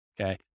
okay